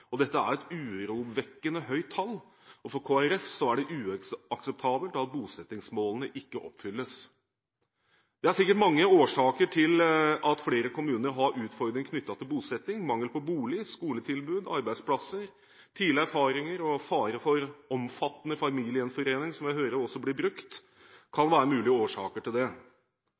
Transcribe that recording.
barn. Dette er et urovekkende høyt tall. For Kristelig Folkeparti er det uakseptabelt at bosettingsmålene ikke oppfylles. Det er sikkert mange årsaker til at flere kommuner har utfordringer knyttet til bosetting. Mangel på bolig, skoletilbud, arbeidsplasser, tidligere erfaringer og fare for omfattende familiegjenforening – som jeg hører også blir brukt – kan være mulige årsaker til det.